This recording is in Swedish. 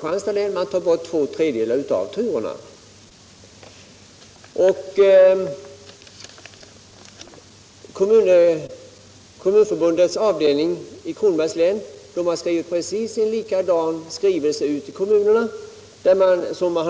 framställning två femtedelar av turerna som kommunerna skulle svara för. Kommunförbundets avdelning i Kronobergs län har skrivit ett liknande brev som det som jag förstår har sänts ut till kommunerna i Kristianstads län.